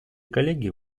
коллеги